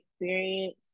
experience